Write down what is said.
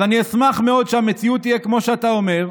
אז אני אשמח מאוד שהמציאות תהיה כמו שאתה אומר.